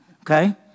okay